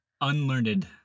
unlearned